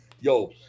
yo